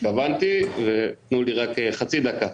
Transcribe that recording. שהתכוונתי, תנו לי רק חצי דקה.